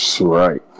Right